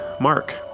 Mark